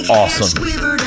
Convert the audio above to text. awesome